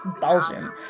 Belgium